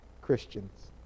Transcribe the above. Christians